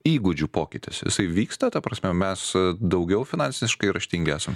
įgūdžių pokytis jisai vyksta ta prasme mes daugiau finansiškai raštingi esam